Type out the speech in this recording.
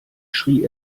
schrie